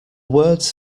words